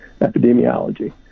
epidemiology